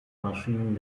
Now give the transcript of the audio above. maschinen